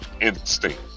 instinct